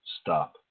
stop